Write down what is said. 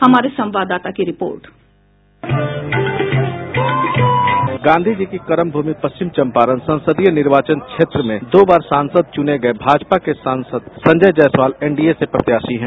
हमारे संवाददाता की रिपोर्ट डिस्पैच आशीष कुमार गांधी जी की कर्म भूमि पश्चिम चंपारण संसदीय निर्वाचन क्षेत्र में दो बार सांसद चुने गये भाजपा के संजय जायसवाल एनडीए से प्रत्याशी हैं